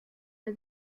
der